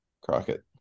Crockett